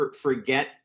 forget